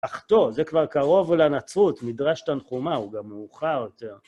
אחטוא, זה כבר קרוב לנצרות, מדרשת תנחומה, הוא גם מאוחר יותר.